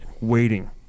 waiting